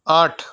आठ